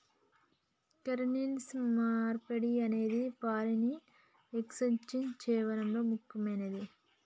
currency మార్పిడి అనేది foreign exchange సేవల్లో ముక్కెమైనది